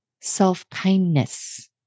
self-kindness